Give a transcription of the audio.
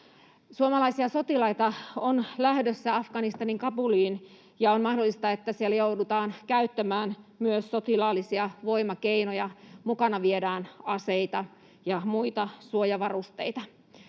Suomalaisia sotilaita on lähdössä Afganistanin Kabuliin, ja on mahdollista, että siellä joudutaan käyttämään myös sotilaallisia voimakeinoja. Mukana viedään aseita ja muita suojavarusteita.